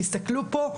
תסתכלו פה,